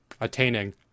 attaining